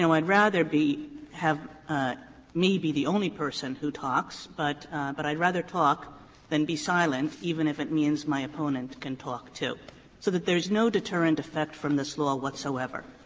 know, i would rather be have me be the only person who talks, but but i would rather talk than be silent, even if it means my opponent can talk, too, so that there's no deterrent effect from this law whatsoever.